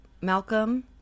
Malcolm